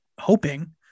hoping